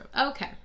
Okay